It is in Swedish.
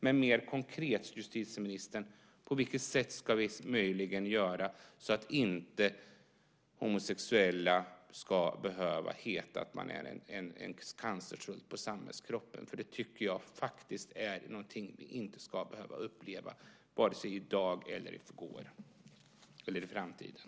Men på vilket sätt, justitieministern, ska vi mer konkret möjligen göra så att homosexuella inte ska behöva höra att de är en cancersvulst på samhällskroppen? Det tycker jag är någonting som vi inte ska behöva uppleva, vare sig i dag, i går eller i framtiden.